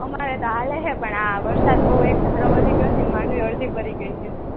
અમારે તો ચાલે છે પણ આ વરસાદ બહુ એક ધાર્યો વધી ગયો તે માંડવી અડધી બળી ગઈ છે